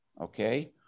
okay